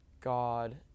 God